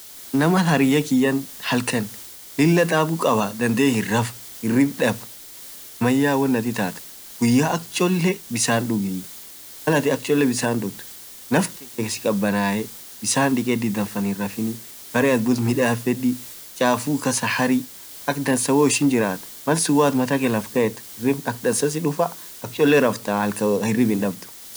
maal naam hariyya kiyyan halkaan taabuu kabaa dandee hinraafn hirrib daab namayya woan attin ittat ,guyya akk cholle bissan dhughii, mallat akcolle bissan duud naf akk cholle sii kabanaae.bissan dikeddi danfaanhinrafinii ,barre attin buult midaffedi chafuu kasaa harri akk dansa ho ihin jiraat malssun hoo attin matta kee laff kaae hirrib hindabduu akdansaa raftaa.